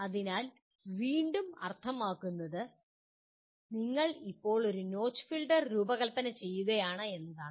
അതിനാൽ വീണ്ടും അർത്ഥമാക്കുന്നത് നിങ്ങൾ ഇപ്പോൾ ഒരു നോച്ച് ഫിൽട്ടർ രൂപകൽപ്പന ചെയ്യുകയാണെന്നാണ്